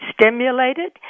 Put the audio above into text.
stimulated